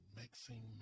mixing